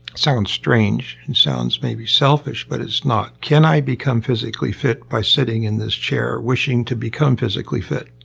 sounds strange, and sounds maybe selfish, but it's not. can i become physically fit by sitting in this chair wishing to become physically fit?